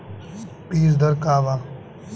बीज दर का वा?